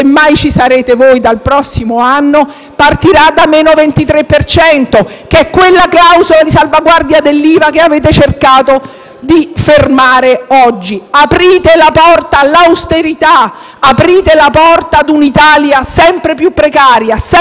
partirà da "-23 per cento", che è quella clausola di salvaguardia sull'IVA che avete cercato di fermare oggi: aprite la porta all'austerità, a un'Italia sempre più precaria, sempre più sola, sempre più isolata